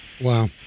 Wow